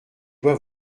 dois